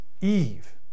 Eve